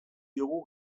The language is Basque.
diogu